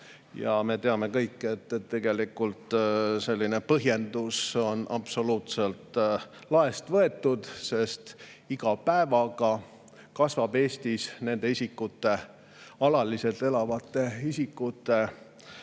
Me teame kõik, et tegelikult on selline põhjendus absoluutselt laest võetud, sest iga päevaga kasvab nende Eestis alaliselt elavate isikute